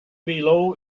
below